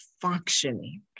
functioning